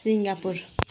Singapore